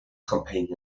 companion